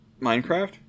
Minecraft